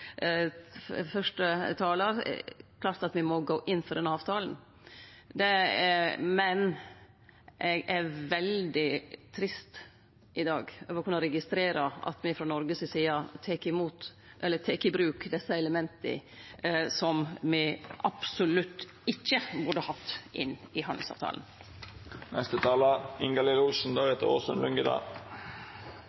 talar, at me må gå inn for denne avtalen. Men eg er veldig trist i dag over å registrere at me i Noreg tek i bruk desse elementa som me absolutt ikkje burde hatt inn i